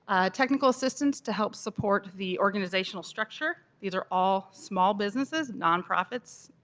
technical assistance to help support the organizational structure. these are all small businesses, nonprofits.